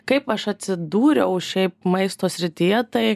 kaip aš atsidūriau šiaip maisto srityje tai